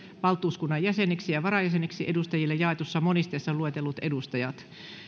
valtuuskunnan jäseniksi ja varajäseniksi edustajille jaetussa monisteessa luetellut edustajat